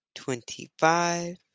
Twenty-five